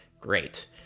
Great